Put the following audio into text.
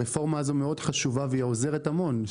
הרפורמה הזו מאוד חשובה והיא עוזרת המון.